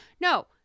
No